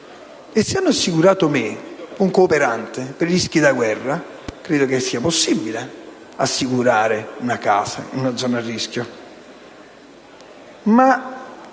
E se hanno assicurato me, un cooperante, per i rischi da guerra, credo che sia possibile assicurare una casa in una zona a rischio.